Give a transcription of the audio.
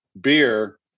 beer